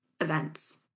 events